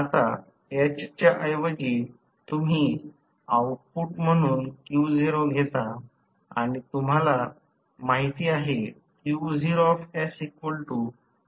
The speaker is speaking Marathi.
आता h च्या ऐवजी तुम्ही आऊटपुट म्हणून q0 घेता आणि तुम्हाला माहिती आहे